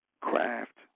Craft